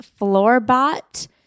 floorbot